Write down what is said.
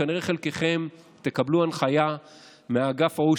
כנראה חלקכם תקבלו הנחיה מאגף ההוא,